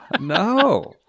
no